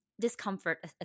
discomfort